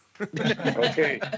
Okay